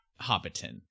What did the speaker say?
Hobbiton